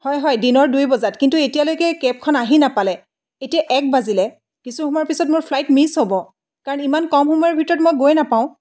হয় হয় দিনৰ দুই বজাত কিন্তু এতিয়ালৈকে কেবখন আহি নাপালে এতিয়া এক বাজিলে কিছু সময়ৰ পিছত মোৰ ফ্লাইট মিছ হ'ব কাৰণ ইমান কম সময়ৰ ভিতৰত মই গৈ নাপাওঁ